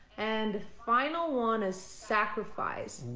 and final one is sacrifice.